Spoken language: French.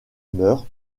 meurt